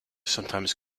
sometimes